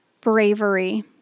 bravery